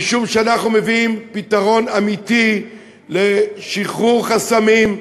משום שאנחנו מביאים פתרון אמיתי לשחרור חסמים,